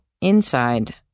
inside